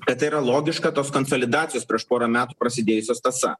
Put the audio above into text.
kad tai yra logiška tos konsolidacijos prieš porą metų prasidėjusios tąsa